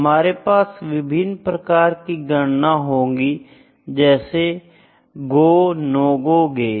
हमारे पास विभिन्न प्रकार की गणना होंगी जैसे गो नो गो गेज